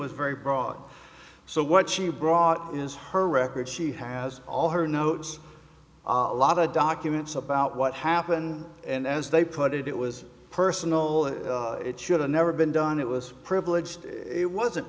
was very broad so what she brought is her record she has all her notes a lot of documents about what happened and as they put it it was personal it should have never been done it was privileged it wasn't